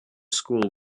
school